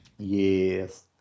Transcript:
yes